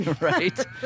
right